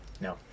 No